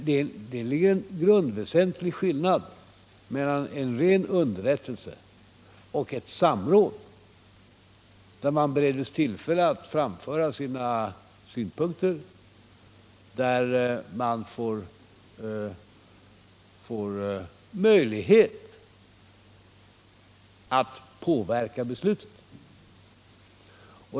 Men det finns en i grunden väsentlig skillnad mellan en ren underrättelse och ett samråd, där man bereds tillfälle att framföra sina synpunkter och får möjlighet att påverka besluten.